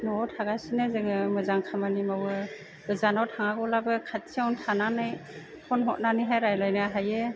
न'वाव थागासिनो जोङो मोजां खामानि मावो गोजानाव थानांगौलाबो खाथियावनो थानानै फन हरनानैहाय रायलाइनो हायो